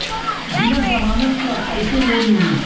बिना जमानत क कइसे लोन मिली?